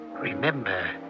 remember